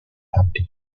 humpty